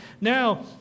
now